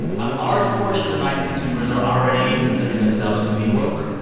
a large portion of nike consumers are already considering themselves to be woke.